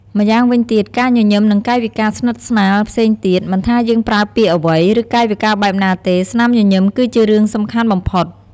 ម្យ៉ាងវិញទៀត ការញញឹម និងកាយវិការស្និទ្ធស្នាលផ្សេងទៀត មិនថាយើងប្រើពាក្យអ្វី ឬកាយវិការបែបណាទេ ស្នាមញញឹម គឺជារឿងសំខាន់បំផុត។